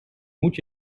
moet